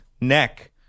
neck